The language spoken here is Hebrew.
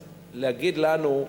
אז, להגיד לנו: